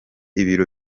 ibiro